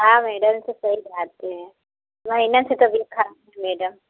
हाँ मैडम सब सही हैं महिनन से तबीयत खराब है मैडम